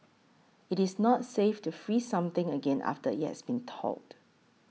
it is not safe to freeze something again after it has thawed